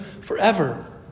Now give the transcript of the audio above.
forever